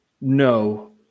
no